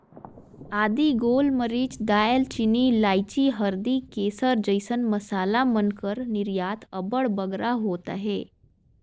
आदी, गोल मरीच, दाएल चीनी, लाइची, हरदी, केसर जइसन मसाला मन कर निरयात अब्बड़ बगरा होत अहे